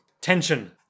tension